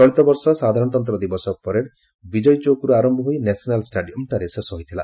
ଚଳିତବର୍ଷ ସାଧାରଣତନ୍ତ୍ର ଦିବସ ପ୍ୟାରେଡ୍ ବିଜୟ ଚୌକ୍ରୁ ଆରମ୍ଭ ହୋଇ ନ୍ୟାସନାଲ୍ ଷ୍ଟାଡିୟମ୍ଠାରେ ଶେଷ ହୋଇଥିଲା